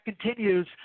continues